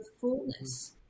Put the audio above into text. fullness